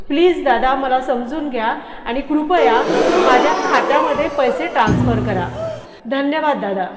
please दादा मला समजून घ्या आणि कृपया माझ्या खात्यामध्ये पैसे ट्रान्स्फर करा धन्यवाद दादा